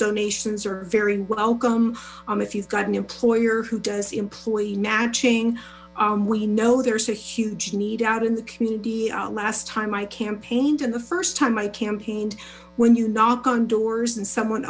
donations are very welcome if you've got an employer who does employee matching we know there's a huge need out in the community last time i campaigned in the first time i campaigned when you knock on doors and someone